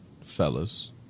fellas